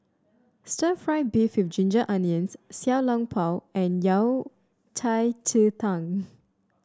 stir fry beef with Ginger Onions Xiao Long Bao and Yao Cai Ji Tang